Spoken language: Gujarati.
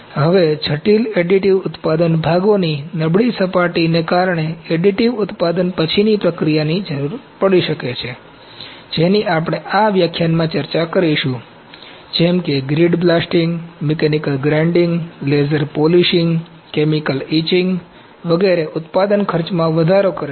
હવે જટિલ એડિટિવ ઉત્પાદન ભાગોની નબળી સપાટીને કારણે એડિટિવ ઉત્પાદન પછીની પ્રક્રિયાની જરૂર પડી શકે છે જેની આપણે આ વ્યાખ્યાનમાં ચર્ચા કરીશું જેમ કે grit blasting mechanical grinding laser polishing chemical etching વગેરે ઉત્પાદન ખર્ચમાં વધારો કરે છે